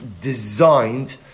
designed